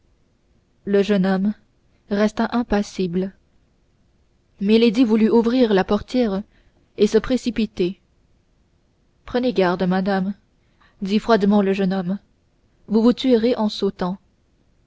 le jeune homme resta impassible milady voulut ouvrir la portière et se précipiter prenez garde madame dit froidement le jeune homme vous vous tuerez en sautant